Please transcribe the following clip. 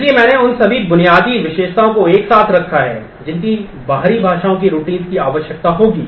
इसलिए मैंने उन सभी बुनियादी विशेषताओं को एक साथ रखा है जिनकी बाहरी भाषा की रूटीन्स की आवश्यकता होगी